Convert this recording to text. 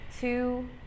two